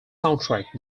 soundtrack